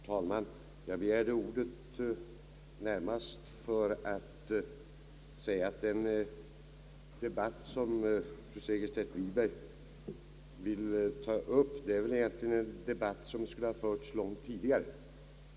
Herr talman! Jag begärde ordet närmast för att säga att den debatt som fru Segerstedt Wiberg vill ta upp egentligen borde ha förts långt tidigare.